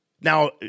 Now